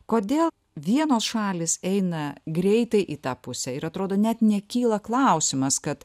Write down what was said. kodėl vienos šalys eina greitai į tą pusę ir atrodo net nekyla klausimas kad